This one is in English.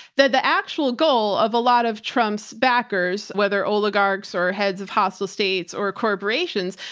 the, the actual goal of a lot of trump's backers, whether oligarchs or heads of hostile states or corporations,